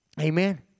Amen